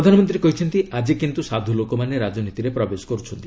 ପ୍ରଧାନମନ୍ତ୍ରୀ କହିଛନ୍ତି ଆଜି କିନ୍ତ ସାଧ୍ର ଲୋକମାନେ ରାଜନୀତିରେ ପ୍ରବେଶ କରୁଛନ୍ତି